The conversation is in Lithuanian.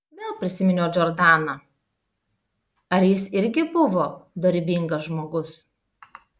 vėl prisiminiau džordaną ar jis irgi buvo dorybingas žmogus